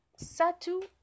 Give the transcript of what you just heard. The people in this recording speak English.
Satu